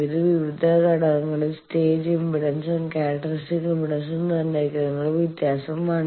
ഇത് വിവിധ ഘട്ടങ്ങളിലെ സ്റ്റേജ് ഇംപെഡൻസും ക്യാരക്റ്ററിസ്റ്റിക് ഇംപെഡൻസും നിർണ്ണയിക്കുന്നതിനുള്ള വ്യത്യാസമാണ്